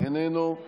איננו,